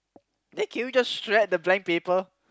then can we just shred the blank paper